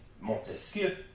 Montesquieu